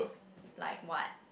like what